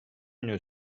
une